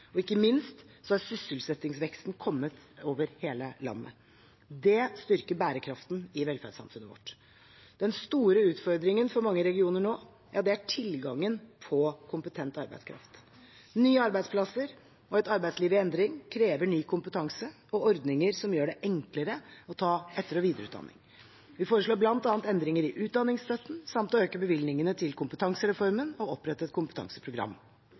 Og ikke har minst har sysselsettingsveksten kommet i hele landet. Det styrker bærekraften i velferdssamfunnet vårt. Den store utfordringen for mange regioner nå er tilgangen på kompetent arbeidskraft. Nye arbeidsplasser og et arbeidsliv i endring krever ny kompetanse og ordninger som gjør det enklere å ta etter- og videreutdanning. Vi foreslår bl.a. endringer i utdanningsstøtten samt å øke bevilgningene til kompetansereformen og opprette et kompetanseprogram.